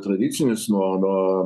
tradicinis nuo nuo